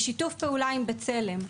בשיתוף פעולה עם בצלם,